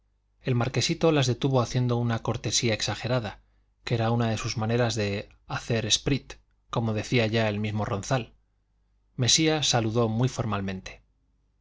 el marquesito las detuvo haciendo una cortesía exagerada que era una de sus maneras de hacer esprit como decía ya el mismo ronzal mesía saludó muy formalmente